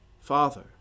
Father